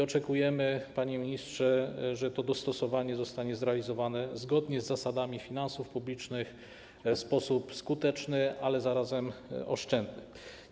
Oczekujemy, panie ministrze, że to dostosowanie zostanie zrealizowane zgodnie z zasadami finansów publicznych w sposób skuteczny, ale zarazem oszczędny.